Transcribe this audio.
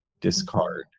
discard